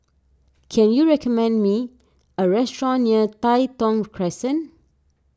can you recommend me a restaurant near Tai Thong Crescent